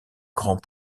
grands